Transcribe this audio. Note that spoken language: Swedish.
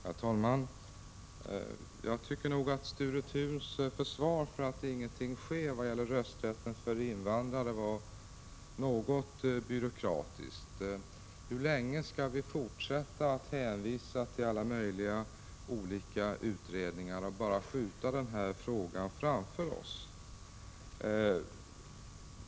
Herr talman! Jag tycker nog att Sture Thuns försvar för att ingenting sker vad gäller rösträtten för invandrare var något byråkratisk. Hur länge skall vi fortsätta att hänvisa till alla möjliga utredningar och bara skjuta frågan framför oss?